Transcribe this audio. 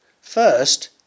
First